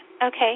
Okay